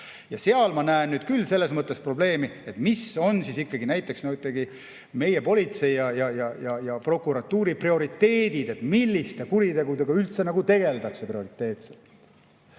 hakata. Ma näen küll mõnes mõttes probleemi selles, mis on siis ikkagi näiteks meie politsei ja prokuratuuri prioriteedid, milliste kuritegudega üldse tegeldakse prioriteetselt.